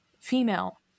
female